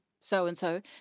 so-and-so